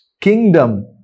Kingdom